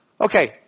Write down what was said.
Okay